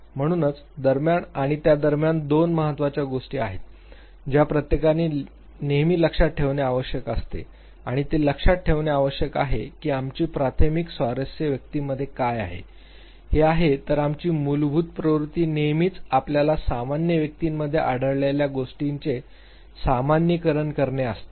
म्हणूनच दरम्यान आणि त्या दरम्यान दोन महत्त्वाच्या गोष्टी आहेत ज्या प्रत्येकाने नेहमी लक्षात ठेवणे आवश्यक असते आणि ती लक्षात ठेवणे आवश्यक आहे की आमची प्राथमिक स्वारस्य व्यक्तीमध्ये काय आहे हे आहे तर आमची मूलभूत प्रवृत्ती नेहमीच आपल्याला सामान्य व्यक्तींमध्ये आढळलेल्या गोष्टींचे सामान्यीकरण करणे असते